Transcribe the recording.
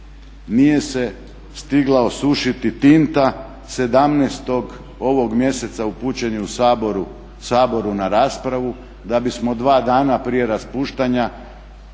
nije se stigla osušiti tinta 17-og ovog mjeseca upućen je Saboru na raspravu da bismo dva dana prije raspuštanja